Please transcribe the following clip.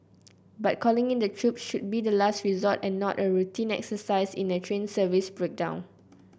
but calling in the troops should be the last resort and not a routine exercise in a train service breakdown